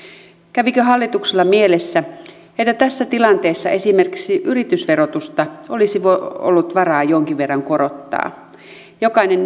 kävikö hallituksella mielessä että tässä tilanteessa esimerkiksi yritysverotusta olisi ollut varaa jonkin verran korottaa jokainen